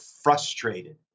frustrated